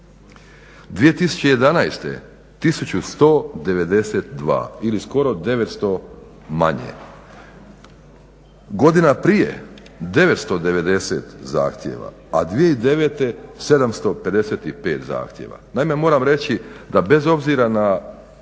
2011.1192 ili skoro 900 manje, godina prije 990 zahtjeva a 2009.755 zahtjeva.